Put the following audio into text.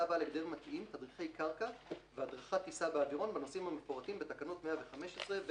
יבוא: "תדריכי קרקע והדרכת טיסה 129א (א)